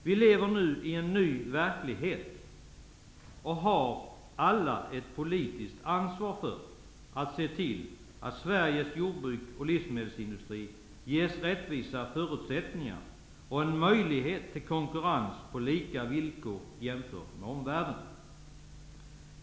Vi lever nu i en ny verklighet, och vi har alla ett ansvar att se till att Sveriges jordbruk och livsmedelsindustri ges rättvisa förutsättningar och en möjlighet till konkurrens på lika villkor jämfört med omvärlden.